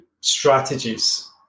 strategies